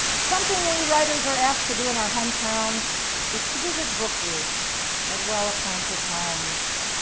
something we writers are asked to do in our hometowns is to visit book groups at well-appointed homes.